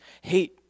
hate